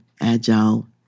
agile